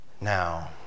Now